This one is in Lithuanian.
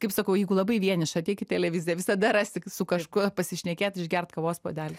kaip sakau jeigu labai vieniša ateik į televiziją visada rasi su kažkuo pasišnekėt išgert kavos puodelį